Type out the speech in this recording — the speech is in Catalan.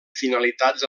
finalitats